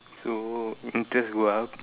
so you can just go out